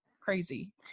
Crazy